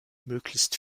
möglichst